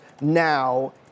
now